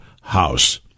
House